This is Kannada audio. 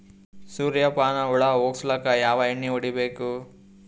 ಸುರ್ಯಪಾನ ಹುಳ ಹೊಗಸಕ ಯಾವ ಎಣ್ಣೆ ಹೊಡಿಬೇಕು?